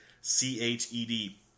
C-H-E-D